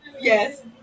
Yes